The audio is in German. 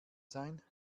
sein